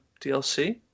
DLC